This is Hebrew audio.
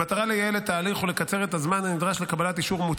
במטרה לייעל את ההליך ולקצר את הזמן הנדרש לקבלת אישור,